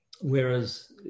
Whereas